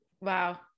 Wow